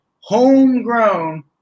homegrown